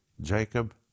Jacob